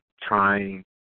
trying